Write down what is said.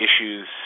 issues